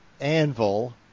anvil